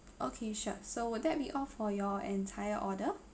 okay sure so would that be all for your entire order